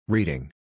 Reading